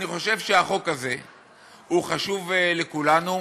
אני חושב שהחוק הזה חשוב לכולנו.